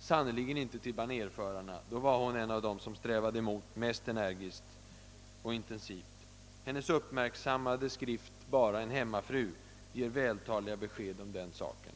sannerligen inte till banérförarna. Då var hon en av dem som strävade emot mest energiskt och intensivt. Hennes upp märksammade skrift »Bara en hemmafru» ger vältaligt besked om den saken.